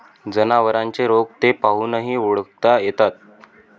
जनावरांचे रोग ते पाहूनही ओळखता येतात